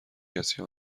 کسی